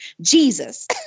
Jesus